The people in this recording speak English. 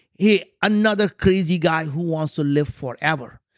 hey another crazy guy who wants to live forever.